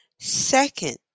Second